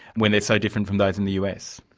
when they're so different from those in the us.